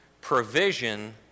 Provision